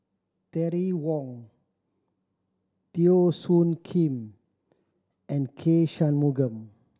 Terry Wong Teo Soon Kim and K Shanmugam